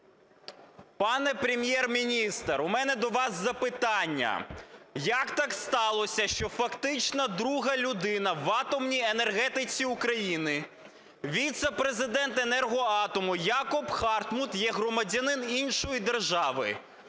Пане Прем’єр-міністр, у мене до вас запитання. Як так сталося, що фактично друга людина в атомній енергетиці України, віце-президент "Енергоатому" Якоб Хартмут є громадянином іншої держави,